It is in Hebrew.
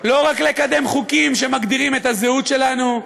לא רק לקדם חוקים שמגדירים את הזהות שלנו,